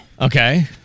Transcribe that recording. Okay